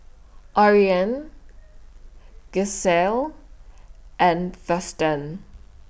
Ariane Gisselle and Thurston